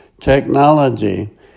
technology